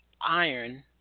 Iron